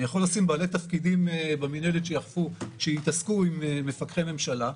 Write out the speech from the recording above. אני יכול לשים בעלי תפקידים במינהלת שיתעסקו עם מפקחי ממשלה.